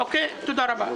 תודה רבה.